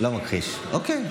לא מכחיש, אוקיי.